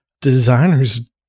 designers